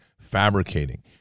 fabricating